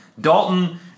Dalton